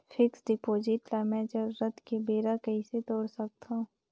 Fixed deposit ल मैं जरूरत के बेरा कइसे तोड़ सकथव?